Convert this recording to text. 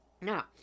now